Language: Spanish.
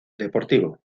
deportivo